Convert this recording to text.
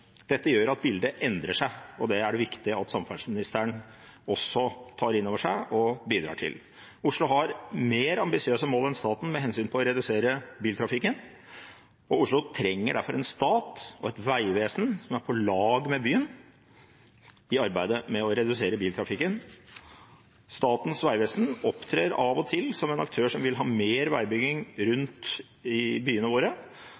Dette gjør at bildet endrer seg, og det er det viktig at samferdselsministeren også tar inn over seg og bidrar til. Oslo har mer ambisiøse mål enn staten med hensyn til å redusere biltrafikken, og Oslo trenger derfor en stat og et vegvesen som er på lag med byen i arbeidet med å redusere biltrafikken. Statens vegvesen opptrer av og til som en aktør som vil ha mer veibygging rundt i byene våre,